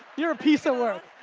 you're a piece of work,